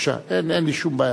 אין לי שום בעיה.